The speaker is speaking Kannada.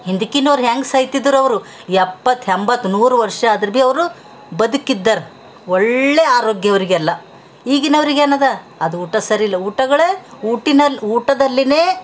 ಹಿಂದಿಕ್ಕಿನವ್ರು ಹ್ಯಾಂಗ ಸಾಯ್ತಿದ್ರವ್ರು ಎಪ್ಪತ್ತು ಎಂಬತ್ತು ನೂರು ವರ್ಷ ಅದರ ಭೀ ಅವರು ಬದುಕಿದ್ದರು ಒಳ್ಳೆಯ ಆರೋಗ್ಯ ಅವರಿಗೆಲ್ಲ ಈಗಿನವ್ರಿಗೇನದ ಅದು ಊಟ ಸರಿಯಿಲ್ಲ ಊಟಗಳೇ ಊಟಿನಲ್ ಊಟದಲ್ಲಿನೇ